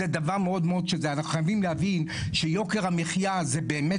אנחנו חייבים להבין שיוקר המחיה הזה באמת